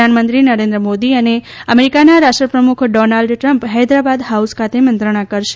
પ્રધાનમંત્રી નરેન્દ્રમોદી અને અમેરીકાના રાષ્ટ્રપ્રમુખ ડોનાલ્ડ ટ્રમ્પ હૈદરાબાદ હાઉસ ખાતે મંત્રણા કરશે